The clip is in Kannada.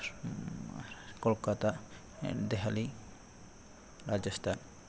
ಕೋಲ್ಕತ ಆ್ಯಂಡ್ ದೆಹಲಿ ರಾಜಸ್ತಾನ